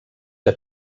que